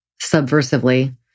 subversively